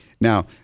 Now